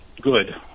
good